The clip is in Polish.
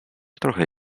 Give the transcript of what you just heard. trochę